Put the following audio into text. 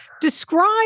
describe